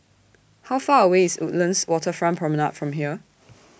How Far away IS Woodlands Waterfront Promenade from here